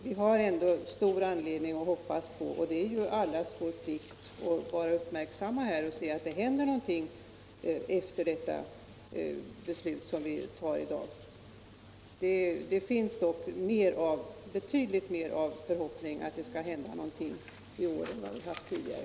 Vi har ändå stor anledning att hoppas, och det är allas vår plikt att vara uppmärksamma på detta område och se till att det händer något efter det beslut vi fattar i dag. Det finns dock i år betydligt större förhoppningar att någonting skall hända än vad vi haft tidigare.